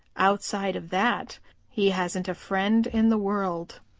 outside of that he hasn't a friend in the world,